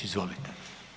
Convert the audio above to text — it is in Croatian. Izvolite.